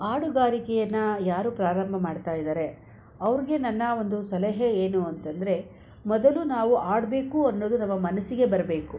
ಹಾಡುಗಾರಿಕೆಯನ್ನು ಯಾರು ಪ್ರಾರಂಭ ಮಾಡ್ತಾಯಿದ್ದಾರೆ ಅವ್ರಿಗೆ ನನ್ನ ಒಂದು ಸಲಹೆ ಏನು ಅಂತಂದರೆ ಮೊದಲು ನಾವು ಆಡಬೇಕು ಅನ್ನೋದು ನಮ್ಮ ಮನಸ್ಸಿಗೆ ಬರಬೇಕು